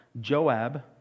Joab